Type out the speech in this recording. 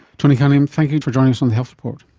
tony cunningham, thank you for joining us on the health report.